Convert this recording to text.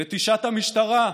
נטישת המשטרה,